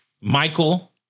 Michael